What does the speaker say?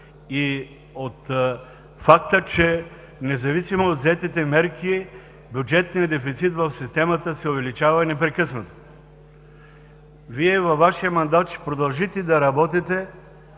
и от факта, че независимо от взетите мерки бюджетният дефицит в системата се увеличава непрекъснато. Във Вашия мандат Вие ще продължите да работите